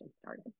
started